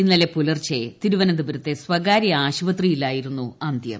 ഇന്നലെ പുലർച്ചെ തിരുവനന്തപുരത്തെ സ്വകാര്യ ആശുപത്രിയിലായിരുന്നു അന്ത്യം